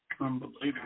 Unbelievable